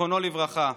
זיכרונו לברכה,